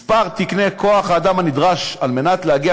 מספר תקני כוח-האדם הנדרש על מנת להגיע